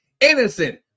innocent